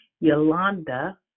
Yolanda